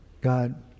God